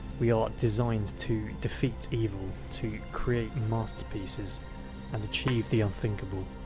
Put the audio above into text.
we are designed to defeat evil, to create masterpieces and achieve the unthinkable.